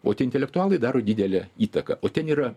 o tie intelektualai daro didelę įtaką o ten yra